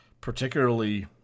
particularly